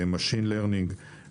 למידת מכונה,